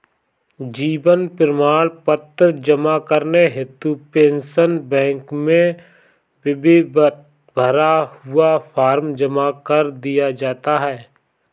जीवन प्रमाण पत्र जमा करने हेतु पेंशन बैंक में विधिवत भरा हुआ फॉर्म जमा कर दिया जाता है